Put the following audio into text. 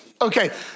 Okay